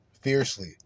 fiercely